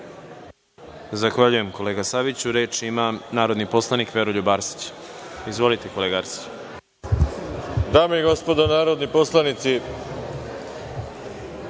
Zahvaljujem, kolega Saviću. Reč ima narodni poslanik Veroljub Arsić. Izvolite. **Veroljub Arsić** Dame i gospodo narodni poslanici,